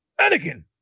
Anakin